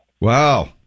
Wow